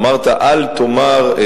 אמרת: אל תאמר.